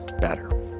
better